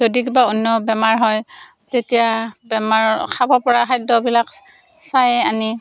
যদি কিবা অন্য বেমাৰ হয় তেতিয়া বেমাৰ খাব পৰা খাদ্যবিলাক চাই আনি